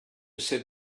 sit